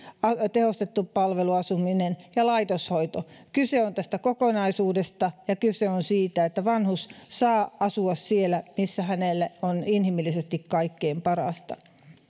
tehostettu palveluasuminen ja laitoshoito kyse on tästä kokonaisuudesta ja kyse on siitä että vanhus saa asua siellä missä se hänelle on inhimillisesti kaikkein parasta